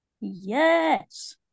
yes